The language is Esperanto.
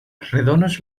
redonos